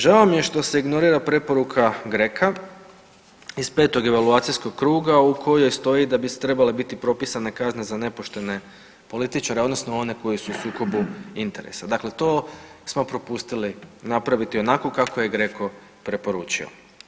Žao mi je što se ignorira preporuka GRECO-a iz 5. evaluacijskog kruga u kojoj stoji da bi trebale biti propisane kazne za nepoštene političare, odnosno one koji su u sukobu interesa, dakle to smo propustili napraviti onako kako je GRECO preporučio.